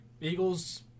Eagles